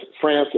France